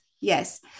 yes